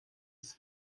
des